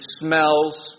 smells